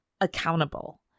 accountable